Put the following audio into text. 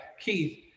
Keith